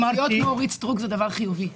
להיות כמו אורית סטרוק זה דבר חיובי.